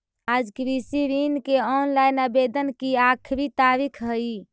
आज कृषि ऋण के ऑनलाइन आवेदन की आखिरी तारीख हई